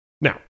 Now